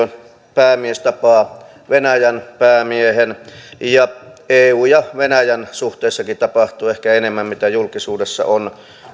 valtionpäämiehemme tapaa venäjän päämiehen eun ja venäjän suhteessakin tapahtuu ehkä enemmän kuin julkisuudessa on